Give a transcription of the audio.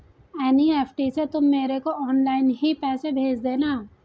NEFT से तुम मेरे को ऑनलाइन ही पैसे भेज देना